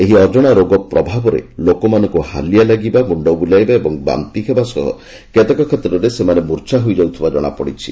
ଏହି ଅଜଣା ରୋଗ ପ୍ରଭାବରେ ଲୋକମାନଙ୍କୁ ହାଲିଆ ଲାଗିବା ମୁଣ୍ଡ ବୁଲାଇବା ଏବଂ ବାନ୍ତି ହେବା ସହ କେତେକ କ୍ଷେତ୍ରରେ ସେମାନେ ମୁର୍ଚ୍ଛା ହେଇଯାଉଥିବା କ୍ଷଣାପଡ଼ିଛି